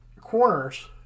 corners